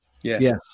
Yes